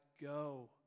go